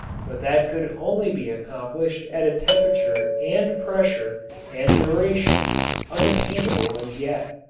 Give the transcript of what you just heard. but that could only be accomplished at a temperature and pressure and duration unattainable as yet.